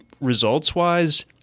results-wise